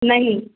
नहीं